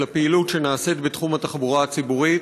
על הפעילות שנעשית בתחום התחבורה הציבורית,